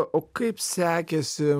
o kaip sekėsi